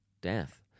death